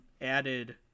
added